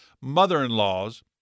mother-in-laws